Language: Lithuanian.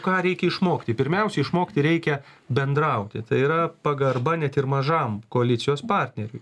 ką reikia išmokti pirmiausia išmokti reikia bendrauti tai yra pagarba net ir mažam koalicijos partneriui